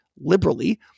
liberally